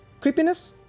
creepiness